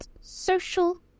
social